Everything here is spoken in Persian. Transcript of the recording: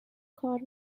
کار